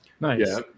Nice